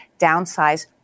downsize